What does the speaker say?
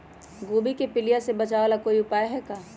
गोभी के पीलिया से बचाव ला कोई उपाय है का?